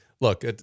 look